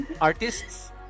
Artists